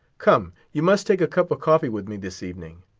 come, you must take a cup of coffee with me this evening.